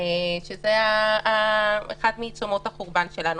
שזה אחד מצומות החורבן שלנו.